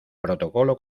protocolo